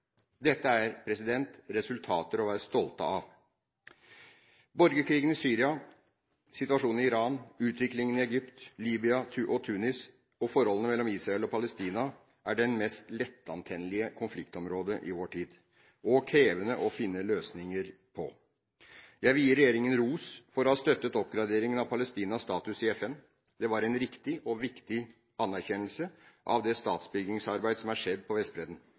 Dette er resultater å være stolte av. Borgerkrigen i Syria, situasjonen i Iran, utviklingen i Egypt, Libya, Tunis og forholdet mellom Israel og Palestina, er de mest lettantennelige konfliktområder i vår tid og krevende å finne løsninger på. Jeg vil gi regjeringen ros for å ha støttet oppgraderingen av Palestinas status i FN. Det var en riktig og viktig anerkjennelse av det statsbyggingsarbeid som er skjedd på Vestbredden.